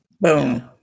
Boom